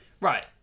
Right